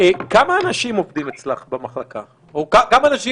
כמה אנשים עובדים אצלך במחלקה או כמה אנשים